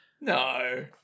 No